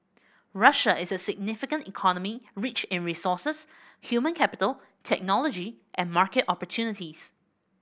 Russia is a significant economy rich in resources human capital technology and market opportunities